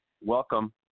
welcome